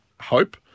hope